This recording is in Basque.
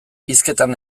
hizketan